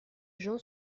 jean